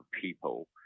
people